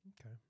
Okay